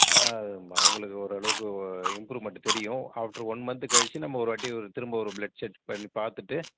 ஆ உங்களுக்கு ஓரளவுக்கு இம்ப்ரூவ்மெண்ட் தெரியும் ஆஃப்டர் ஒன் மந்த்து கழித்து நம்ம ஒரு வாட்டி திரும்ப ஒரு பிளட் செக் பண்ணி பார்த்துட்டு